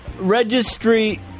registry